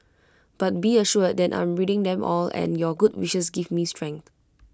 but be assured that I'm reading them all and your good wishes give me strength